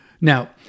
Now